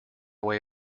way